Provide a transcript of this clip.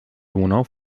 donau